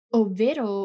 ovvero